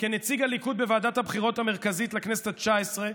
כנציג הליכוד בוועדת הבחירות המרכזית לכנסת התשע-עשרה,